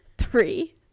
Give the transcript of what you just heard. three